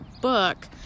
book